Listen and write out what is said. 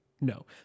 No